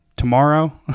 Tomorrow